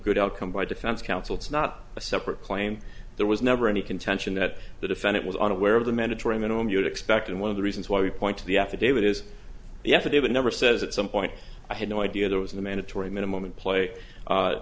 good outcome by defense counsel it's not a separate claim there was never any contention that the defendant was unaware of the mandatory minimum you'd expect and one of the reasons why we point to the affidavit is the affidavit never says at some point i had no idea there was a mandatory minimum and play